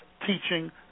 teaching